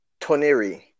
Toneri